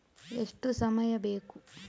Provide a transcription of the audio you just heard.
ಎಷ್ಟು ಸಮಯ ಬೇಕು?